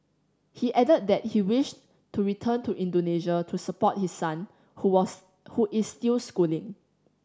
he added that he wished to return to Indonesia to support his son who was who is still schooling